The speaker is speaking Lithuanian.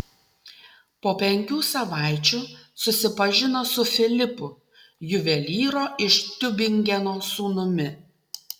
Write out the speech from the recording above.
po penkių savaičių susipažino su filipu juvelyro iš tiubingeno sūnumi